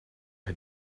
had